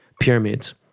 pyramids